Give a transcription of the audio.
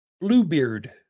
Bluebeard